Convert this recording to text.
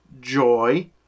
joy